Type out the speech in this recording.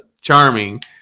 charming